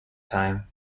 time